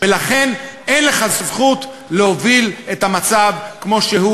ולכן אין לך זכות להוביל את המצב כמו שהוא.